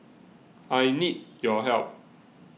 I need your help